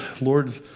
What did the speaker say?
Lord